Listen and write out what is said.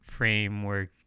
Framework